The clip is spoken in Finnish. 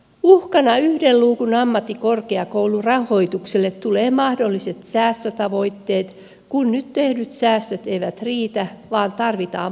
uhkana yhden luukun ammattikorkeakoulurahoitukselle tulevat mahdolliset säästötavoitteet kun nyt tehdyt säästöt eivät riitä vaan tarvitsee puristaa lisää